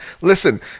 listen